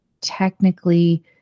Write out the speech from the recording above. technically